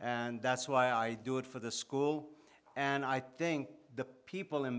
and that's why i do it for the school and i think the people in